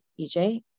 EJ